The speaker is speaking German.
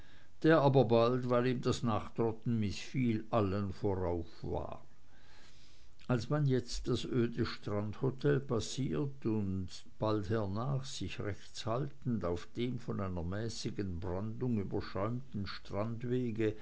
der aber bald weil ihm das nachtrotten mißfiel allen vorauf war als man das jetzt öde strandhotel passiert und bald danach sich rechts haltend auf dem von einer mäßigen brandung überschäumten